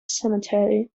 cemetery